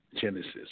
Genesis